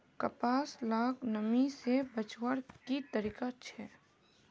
कपास लाक नमी से बचवार की तरीका छे?